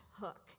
hook